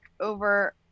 over